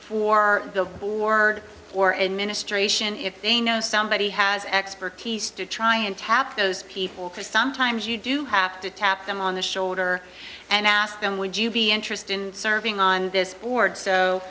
for the board or administration if they know somebody has expertise to try and tap those people because sometimes you do have to tap them on the shoulder and ask them would you be interested in serving on this board so